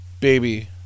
baby